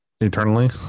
eternally